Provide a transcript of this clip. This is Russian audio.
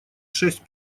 шесть